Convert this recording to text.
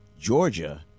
Georgia